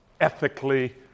ethically